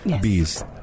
Bees